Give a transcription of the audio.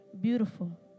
Beautiful